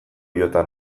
jota